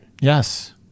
Yes